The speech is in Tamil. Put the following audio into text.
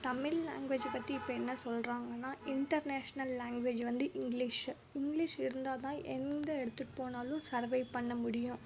தமிழ் லாங்குவேஜ்ஜை பற்றி இப்போ என்ன சொல்றாங்கன்னால் இன்டர்நேஷ்னல் லாங்குவேஜ் வந்து இங்கிலிஷ் இங்கிலிஷ் இருந்தால் தான் எந்த இடத்துக்கு போனாலும் சர்வைவ் பண்ண முடியும்